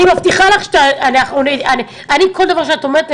אני מבטיחה שכל דבר שאת אומרת,